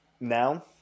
now